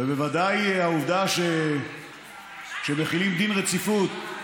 ובוודאי, העובדה שכשמחילים דין רציפות,